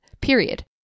period